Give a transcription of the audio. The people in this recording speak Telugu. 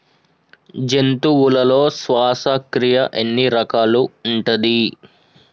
జంతువులలో శ్వాసక్రియ ఎన్ని రకాలు ఉంటది?